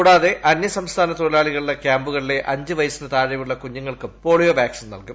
കൂടാതെ അന്യസംസ്ഥാന തൊഴിലാളികളുടെ ക്യാമ്പുകളിലെ അഞ്ച് വയസിന് താഴെയുളള കുഞ്ഞുങ്ങൾക്കും പോളിയോ വാക്സിൻ നൽകും